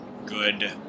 good